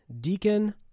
deacon